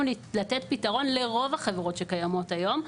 לתת פתרון לרוב החברות שקיימות היום,